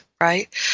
Right